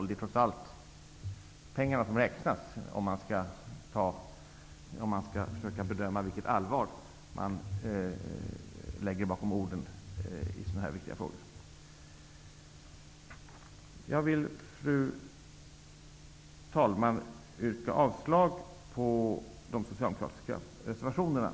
Det är trots allt pengarna som räknas, om man skall försöka bedöma vilket allvar som ligger bakom orden i sådana här viktiga frågor. Jag vill, fru talman, yrka avslag på de socialdemokratiska reservationerna.